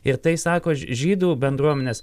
ir tai sako žydų bendruomenės